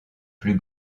plus